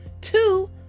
two